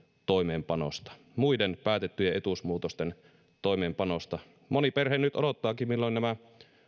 toimeenpanosta muiden päätettyjen etuusmuutosten toimeenpanosta moni perhe nyt odottaakin milloin nämä